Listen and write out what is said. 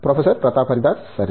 professor Pratap Haridas సరే